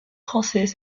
français